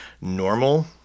normal